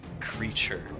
creature